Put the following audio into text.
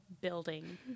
building